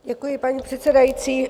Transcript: Děkuji, paní předsedající.